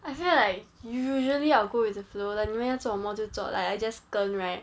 I feel like usually I'll go with the flow 你们要做什么就做 like I just 跟 right